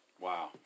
Wow